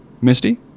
Misty